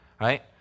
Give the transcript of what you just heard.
right